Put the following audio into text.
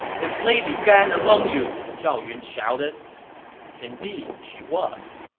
is lady gan among you! zhao yun shouted indeed she was.